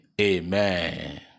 Amen